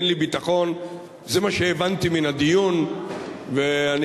אין לי ביטחון, זה מה שהבנתי מהדיון.